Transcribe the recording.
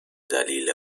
دلیل